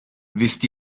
wisst